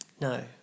No